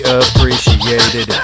appreciated